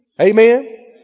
Amen